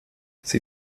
sie